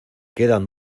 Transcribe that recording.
quedan